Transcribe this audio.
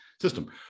system